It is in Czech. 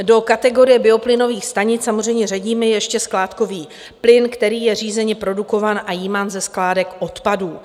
Do kategorie bioplynových stanic samozřejmě řadíme ještě skládkový plyn, který je řízeně produkován a jímán ze skládek odpadů.